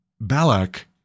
Balak